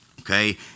okay